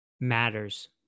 matters